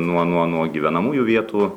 nuo nuo nuo gyvenamųjų vietų